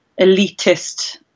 elitist